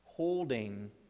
holding